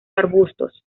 arbustos